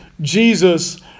Jesus